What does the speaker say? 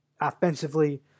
offensively